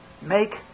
make